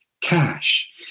cash